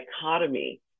dichotomy